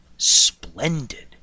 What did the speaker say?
splendid